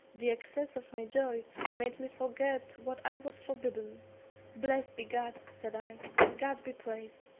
the excess of my joy made me forget what i was forbidden blessed be god, said i god be praised.